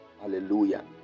Hallelujah